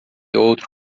outro